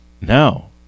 no